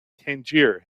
tangier